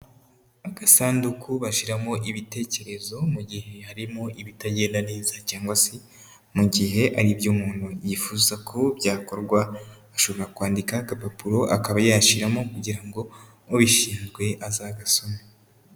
Agasanduku bashyiramo ibitekerezo, mu gihe harimo ibitagenda neza cyangwa se mu gihe hari ibyo umuntu yifuza ko byakorwa, ashobora kwandika agapapuro akaba yashyiramo kugira ngo ubishinzwe azagasome.